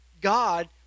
God